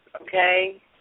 okay